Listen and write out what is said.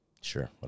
Sure